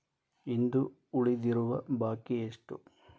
ಇಂದು ಉಳಿದಿರುವ ಬಾಕಿ ಎಷ್ಟು?